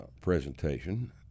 presentation